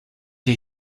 les